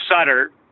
Sutter